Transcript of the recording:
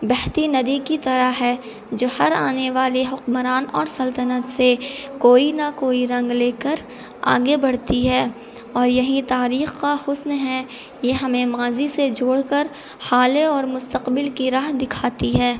بہتی ندی کی طرح ہے جو ہر آنے والے حکمران اور سلطنت سے کوئی نہ کوئی رنگ لے کر آگے بڑھتی ہے اور یہی تاریخ کا حسن ہے یہ ہمیں ماضی سے جوڑ کر حالیہ اور مستقبل کی راہ دکھاتی ہے